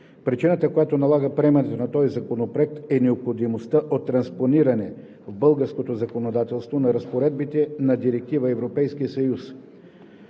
Причината, която налага приемането на този законопроект, е необходимостта от транспониране в българското законодателство на разпоредбите на Директива (ЕС)